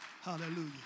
hallelujah